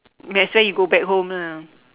might as well you go back home lah